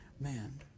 Man